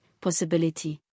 possibility